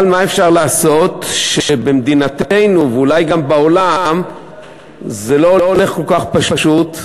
אבל מה אפשר לעשות שבמדינתנו ואולי גם בעולם זה לא הולך כל כך פשוט,